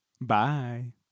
Bye